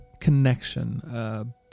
connection